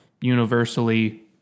universally